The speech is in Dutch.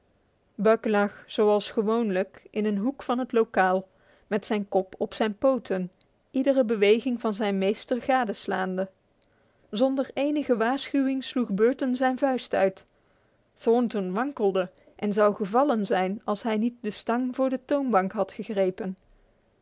buck lag als gewoonlijk in een hoek van het lokaal met zijn kop op zijn poten idrbwgvazjnmestrdl zone enige waarschuwing sloeg burton zijn vuist uit thornton wankelde en zou gevallen zijn als hij niet de stang voor de toonbank had gegrepen